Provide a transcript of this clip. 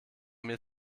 mir